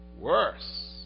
worse